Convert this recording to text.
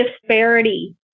disparity